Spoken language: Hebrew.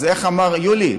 אז איך אמר יולי,